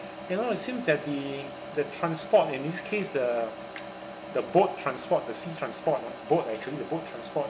you know it seems that the the transport in this case the the boat transport the sea transport uh boat actually the boat transport